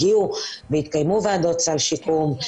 והתקיימו ועדות סל שיקום.